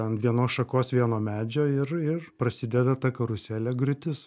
ant vienos šakos vieno medžio ir ir prasideda ta karuselė griūtis